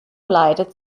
leitet